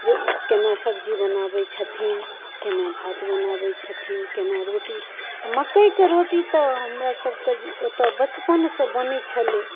जे ओ कोना सब्जी बनाबै छथिन कोना भात बनाबै छथिन कोना रोटी आओर मकइके रोटी तऽ हमरा सभके जे ओतऽ बचपनसँ बनै छलै